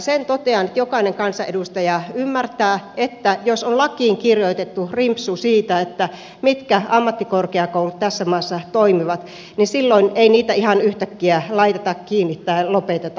sen totean että jokainen kansanedustaja ymmärtää että jos on lakiin kirjoitettu rimpsu siitä mitkä ammattikorkeakoulut tässä maassa toimivat niin silloin ei niitä ihan yhtäkkiä laiteta kiinni tai lopeteta